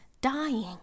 dying